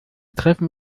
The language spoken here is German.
treffen